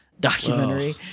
documentary